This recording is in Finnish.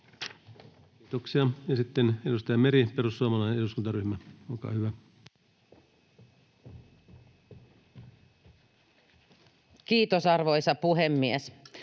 Kiitoksia. — Ja sitten edustaja Meri, perussuomalainen eduskuntaryhmä, olkaa hyvä. Kiitos, arvoisa puhemies!